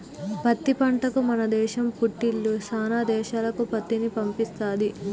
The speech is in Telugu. పత్తి పంటకు మన దేశం పుట్టిల్లు శానా దేశాలకు పత్తిని పంపిస్తది